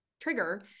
trigger